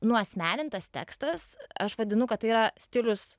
nuasmenintas tekstas aš vadinu kad tai yra stilius